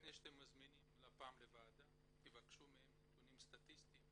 לפני שאתם מזמינים את לפ"מ לוועדה תבקשו מהם נתונים סטטיסטיים,